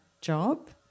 job